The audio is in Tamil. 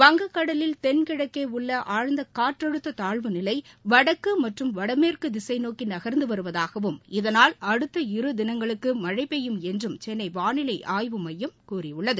வங்கக்கடலில் தென்கிழக்கே உள்ள ஆழ்ந்த காற்றழுத்த தாழ்வு நிலை வடக்கு மற்றும் வடமேற்கு திசை நோக்கி நகர்ந்து வருவதாகவும் இதனால் அடுத்த இரு தினங்களுக்கு மழை பெய்யும் என்றும் சென்னை வானிலை ஆய்வு மையம் கூறியுள்ளது